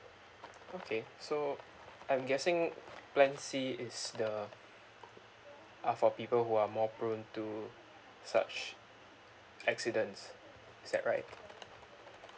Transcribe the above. okay so I'm guessing plan C is the are for people who are more prone to such accidents is that right